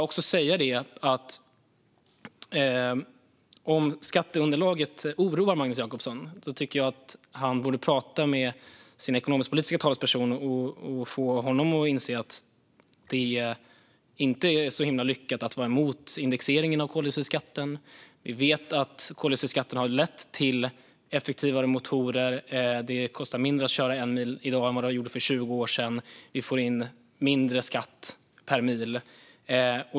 Om skatteunderlaget oroar Magnus Jacobsson borde han prata med sin ekonomisk-politiska talesperson och få honom att inse att det inte är särskilt lyckat att vara emot indexeringen av koldioxidskatten. Vi vet att koldioxidskatten har lett till effektivare motorer. Det kostar mindre i dag att köra en mil än det gjorde för 20 år sedan. Vi får in mindre skatt per mil.